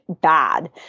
bad